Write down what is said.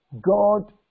God